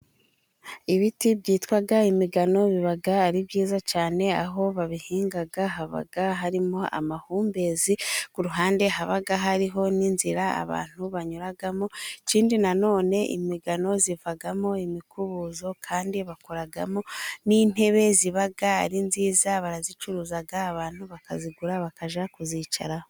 Ibiti byitwa imigano, biba ari byiza cyane, aho babihinga haba harimo amahumbezi, ku ruhande haba hariho n'inzira abantu banyuramo, ikindi nanone imigano ivamo imikubuzo, kandi bakoramo n'intebe ziba ari nziza, barazicuruza, abantu bakazigura bakajya kuzicaraho.